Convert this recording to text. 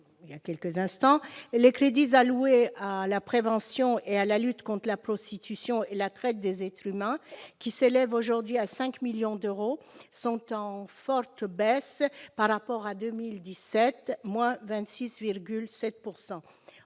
les crédits alloués à la prévention et à la lutte contre la prostitution et la traite des être humains qui s'élève aujourd'hui à 5 millions d'euros sont en forte baisse par rapport à 2017 mois 26,7